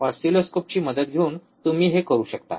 ऑसिलोस्कोपची मदत घेऊन तुम्ही हे करू शकता